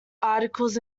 articles